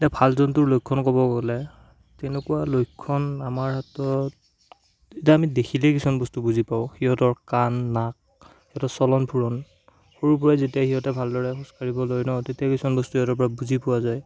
এতিয়া ভাল জন্তুৰ লক্ষণ ক'ব গ'লে তেনেকুৱা লক্ষণ আমাৰ হাতত এতিয়া আমি দেখিলেই কিছুমান বস্তু বুজি পাওঁ সিহঁতৰ কাণ নাক সিহঁতৰ চলন ফুৰণ সৰুৰপৰা যেতিয়া সিহঁতে ভালদৰে খোজ কাঢ়িবলৈ ন তেতিয়া কিছুমান বস্তু সিহঁতৰ পৰা বুজি পোৱা যায়